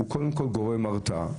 קודם כול, הוא גורם הרתעה.